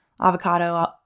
avocado